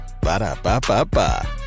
Ba-da-ba-ba-ba